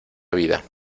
vida